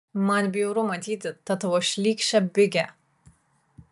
man bjauru matyti tą tavo šlykščią bigę